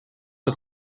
het